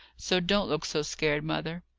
so don't look so scared, mother.